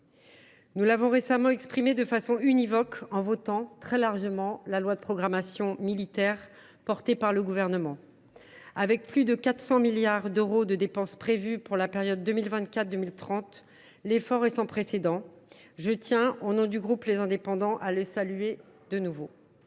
Nous l’avons récemment exprimé de façon univoque en votant, très largement, la loi de programmation militaire présentée par le Gouvernement. Avec plus de 400 milliards d’euros de dépenses prévues pour la période 2024 2030, l’effort est sans précédent. Je tiens, au nom du groupe Les Indépendants, de nouveau